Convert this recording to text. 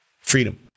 Freedom